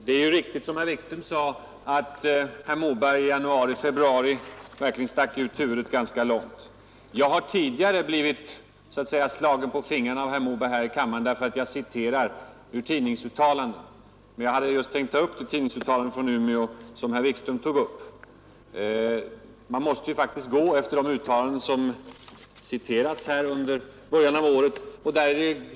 Det är riktigt som herr Wikström sade att herr Moberg i januari-februari verkligen stack ut huvudet ganska långt. Jag har tidigare blivit, så att säga, slagen på fingrarna av herr Moberg här i kammaren, därför att jag citerat ur tidningsuttalanden. Jag hade just tänkt ta upp det tidningsuttalande från Umeå som herr Wikström berörde. Man måste faktiskt, herr Moberg, gå efter de uttalanden från början av året som citerats här.